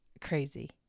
crazy